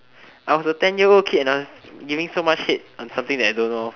I was a ten year old kid and I was giving so much hate on something that I don't know